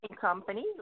company